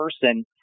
person